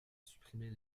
supprimer